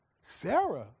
Sarah